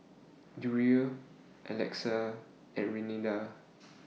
Uriel Alexa and Renada